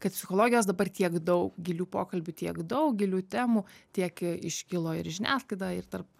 kad psichologijos dabar tiek daug gilių pokalbių tiek daug gilių temų tiek iškilo ir į žiniasklaidą ir tarp